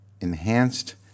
enhanced